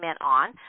on